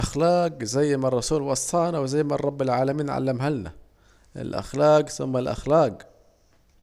الأخلاج زي ما الرسول وصانا وزي ما رب العالمين علمهالنا، الأخلاج سم الأخلاج